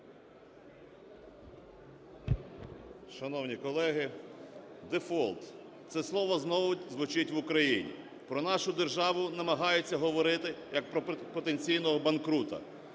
Шановні колеги, дефолт – це слово знову звучить в Україні. Про нашу державу намагаються говорити як про потенційного банкрута.